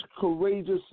courageous